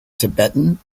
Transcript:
tibetan